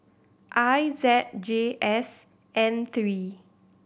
I Z J S N three